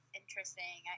interesting